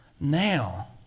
Now